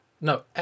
No